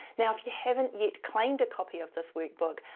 now, if you haven't yet claimed a copy of this workbook,